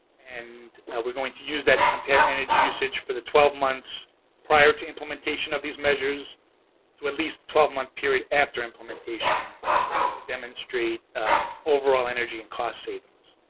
and we're going to use that to compare energy usage for the twelve months prior to implementation of these measures to at least the twelve month period after implementation to demonstrate overall energy and cost savings.